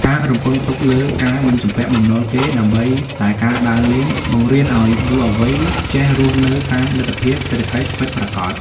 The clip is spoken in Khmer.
ការរំពឹងទុកលើ "ការមិនជំពាក់បំណុលគេដើម្បីតែការដើរលេង" បង្រៀនឱ្យយុវវ័យចេះរស់នៅតាមលទ្ធភាពសេដ្ឋកិច្ចពិតប្រាកដ។